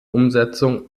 umsetzung